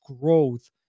growth